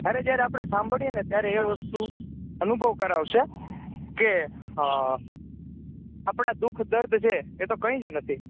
જયારે જયારે આપણે સાંભળીએને ત્યારે એ વસ્તુ અનુભવ કરાવશે કે આપણા દુઃખ દર્દ જે છે એ તો કંઈ જ નથી